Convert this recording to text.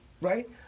Right